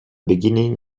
beginning